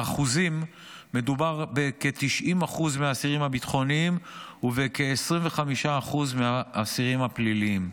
באחוזים מדובר בכ-90% מהאסירים הביטחוניים ובכ-25% מהאסירים הפליליים.